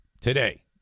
Today